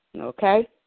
Okay